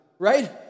Right